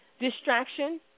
Distraction